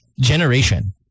generation